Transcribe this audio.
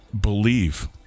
believe